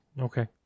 Okay